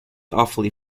awfully